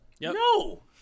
No